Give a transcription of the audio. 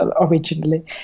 originally